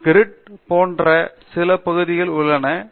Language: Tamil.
பேராசிரியர் தீபா வெங்கடேஷ் ஆனால் கிரிட் போன்ற சில பகுதிகளும் உள்ளன